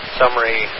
summary